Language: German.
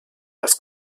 als